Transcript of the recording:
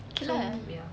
okay lah